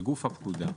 בגוף הפקודה.